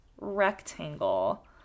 rectangle